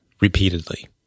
repeatedly